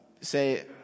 say